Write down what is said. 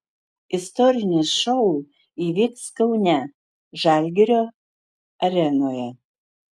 istorinis šou įvyks kaune žalgirio arenoje